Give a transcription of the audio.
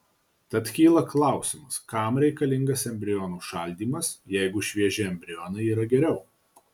tad kyla klausimas kam reikalingas embrionų šaldymas jeigu švieži embrionai yra geriau